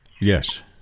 Yes